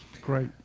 great